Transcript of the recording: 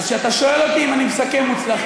אז כשאתה שואל אותי אם אני מסכם בהצלחה,